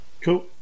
cool